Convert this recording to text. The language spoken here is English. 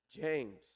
James